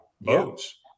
boats